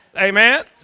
Amen